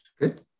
Good